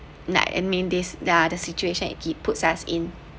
like I mean this yeah the situation it keep puts us in